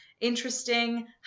interesting